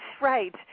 right